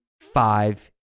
five